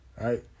right